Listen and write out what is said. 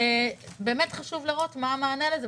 חשוב לראות מה המענה לזה.